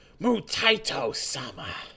Mutaito-sama